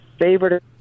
favorite